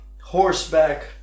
horseback